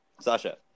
Sasha